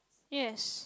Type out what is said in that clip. yes